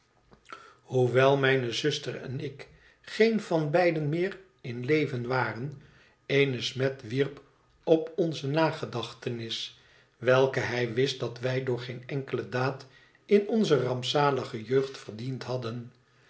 hoewel mijne zuster en ik ffeen van beiden meer in leven waren eene smet wierp op onze nagedachtenis welke hij wist dat wij door geen oikele daad in onze rampzalige jeugd verdiend hadden